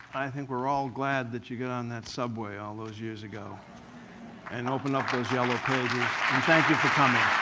i think we're all glad that you got on that subway all those years ago and open up those yellow pages. and thank you for coming.